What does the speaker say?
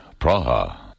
Praha